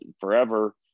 forever